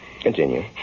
Continue